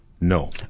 no